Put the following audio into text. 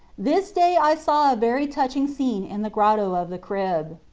this day i saw a very touching scene in the grotto of the crib.